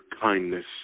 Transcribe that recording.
kindness